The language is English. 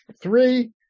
three